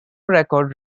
record